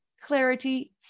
clarity